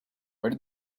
where